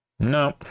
No